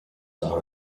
are